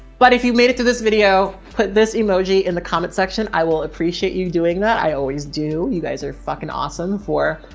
but if you made it through this video, put this emoji in the comment section. i will appreciate you doing that. i always do. you guys are fucking awesome for,